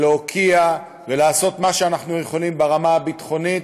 להוקיע ולעשות מה שאנחנו יכולים לעשות ברמה הביטחונית